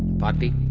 party,